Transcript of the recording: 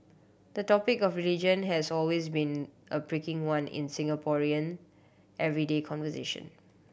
the topic of religion has always been a pricking one in Singaporean everyday conversation